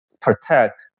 protect